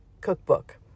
cookbook